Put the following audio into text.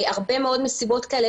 להרבה מאוד מסיבות כאלה,